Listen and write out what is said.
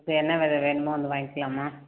இப்போ என்ன வெதை வேணுமோ வந்து வாங்கிக்கலாமா